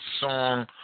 song